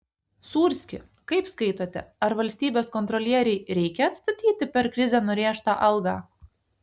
sūrski kaip skaitote ar valstybės kontrolierei reikia atstatyti per krizę nurėžtą algą